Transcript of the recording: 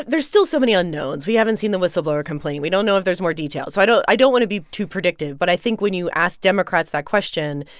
there's still so many unknowns. we haven't seen the whistleblower complaint. we don't know if there's more detail. so i don't i don't want to be too predictive. but i think when you ask democrats that question,